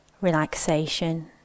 relaxation